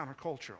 countercultural